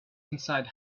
inside